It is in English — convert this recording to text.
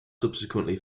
subsequently